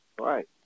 Right